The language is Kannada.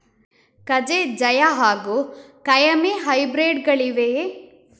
ಕಜೆ ಜಯ ಹಾಗೂ ಕಾಯಮೆ ಹೈಬ್ರಿಡ್ ಗಳಿವೆಯೇ?